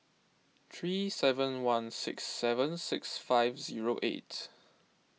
three seven one six seven six five zero eight